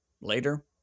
later